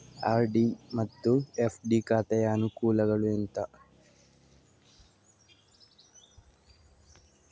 RD ಮತ್ತು FD ಖಾತೆಯ ಅನುಕೂಲಗಳು ಎಂತ?